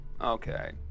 Okay